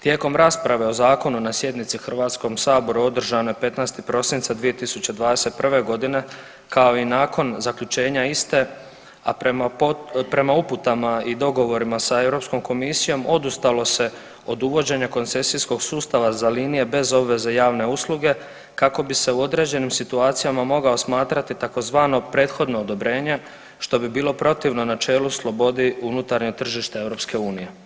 Tijekom rasprave o zakonu na sjednici u HS održane 15. prosinca 2021.g., kao i nakon zaključenja iste, a prema uputama i dogovorima sa Europskom komisijom odustalo se od uvođenja koncesijskog sustava za linije bez obveze javne usluge kako bi se u određenim situacijama mogao smatrati tzv. prethodno odobrenje, što bi bilo protivno načelu slobode unutarnjeg tržišta EU.